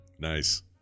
Nice